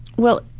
well,